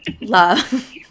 love